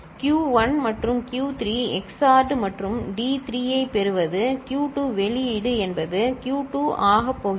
Q1 மற்றும் Q3 XORed மற்றும் D3 ஐப் பெறுவது Q2 வெளியீடு என்பது Q2 ஆகப் போகிறது